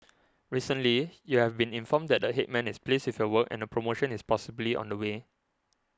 recently you have been informed that the Headman is pleased with your work and a promotion is possibly on the way